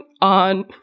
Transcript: on